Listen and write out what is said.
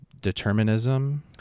determinism